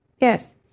Yes